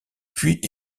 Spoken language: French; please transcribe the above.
puits